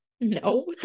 no